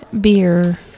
beer